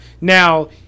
Now